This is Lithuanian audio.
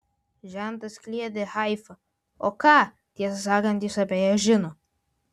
žentas kliedi haifa o ką tiesą sakant jis apie ją žino